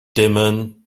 dimmen